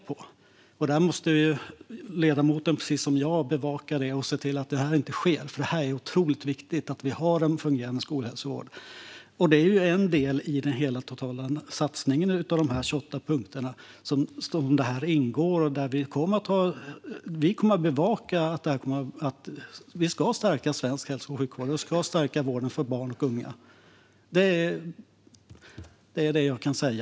Detta måste ledamoten bevaka precis som jag och se till att sådant inte sker, för det är otroligt viktigt att vi har en fungerande skolhälsovård. Detta ingår i den totala satsningen på de 28 punkterna. Vi kommer att bevaka detta. Vi ska stärka svensk hälso och sjukvård och vården för barn och unga. Detta är vad jag kan säga.